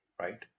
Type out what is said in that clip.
right